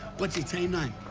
what's your team name?